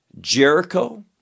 jericho